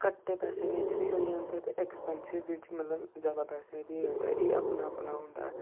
घट्ट पैसे बिच्च बी होई जंदा ते ऐक्सपेंसिव बिच्च मतलब ज्यादा पैसे बी होई जंदा एह् अपना अपना होंदा ऐ